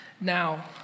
Now